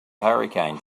hurricanes